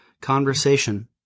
conversation